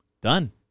done